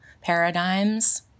paradigms